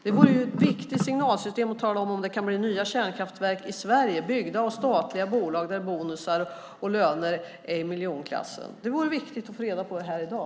Det vore en viktig signal att tala om ifall det kan bli nya kärnkraftverk i Sverige, byggda av statliga bolag där bonusar och löner är i miljonklassen. Det vore viktigt att få veta i dag.